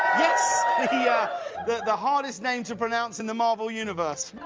yeah the the hardest name to pronounce in the marvel universe.